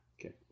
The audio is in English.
Okay